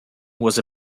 was